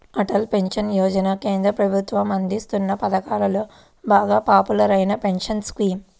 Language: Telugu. అటల్ పెన్షన్ యోజన కేంద్ర ప్రభుత్వం అందిస్తోన్న పథకాలలో బాగా పాపులర్ అయిన పెన్షన్ స్కీమ్